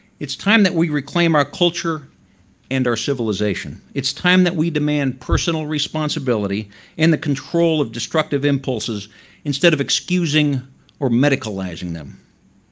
it's time that we reclaim our culture and our civilization. it's time that we demand personal responsibility and the control of destructive impulses instead of excusing or medicalizing them.